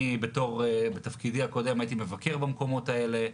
אני בתפקידי הקודם הייתי מבקר במקומות האלה,